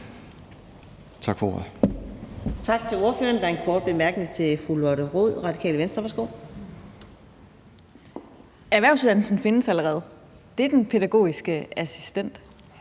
Tak for ordet.